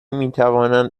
میتوانند